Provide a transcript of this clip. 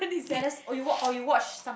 saddest or you wat~ or you watch some